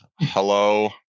Hello